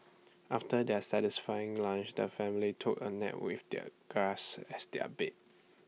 after their satisfying lunch the family took A nap with the grass as their bed